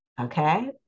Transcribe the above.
Okay